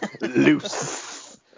Loose